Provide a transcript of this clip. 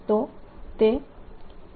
તો તે a20K22 ના બરાબર થશે